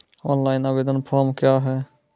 Online आवेदन form क्या हैं?